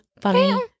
funny